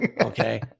okay